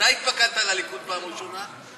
מתי התפקדת לליכוד בפעם הראשונה?